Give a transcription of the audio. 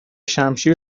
شمشیر